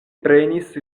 prenis